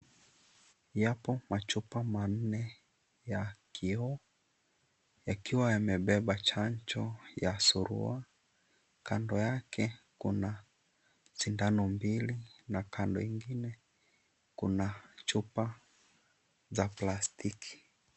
Yapo machupa manne yakiwa yamebeba chanjo ya surua. Kando yake kuna sindano mbili na kando ingine kuna chupa za plastiki.